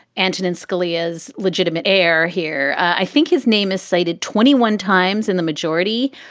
antonin scalia's legitimate heir here. i think his name is cited twenty one times in the majority,